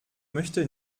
möchte